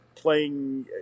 Playing